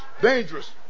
Dangerous